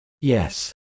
Yes